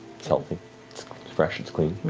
it's healthy, it's fresh, it's clean.